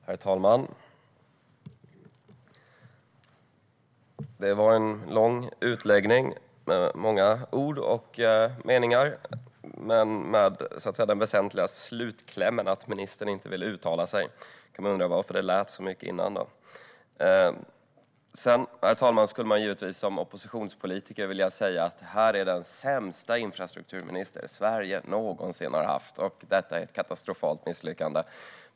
Herr talman! Det var en lång utläggning med många ord och meningar men med den väsentliga slutklämmen att ministern inte vill uttala sig. Då kan man undra varför det lät så mycket innan. Herr talman! Givetvis kan jag som oppositionspolitiker säga att det här är den sämsta infrastrukturminister Sverige någonsin har haft, och detta är ett katastrofalt misslyckande.